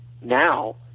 Now